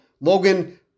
Logan